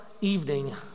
evening